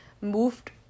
moved